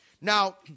Now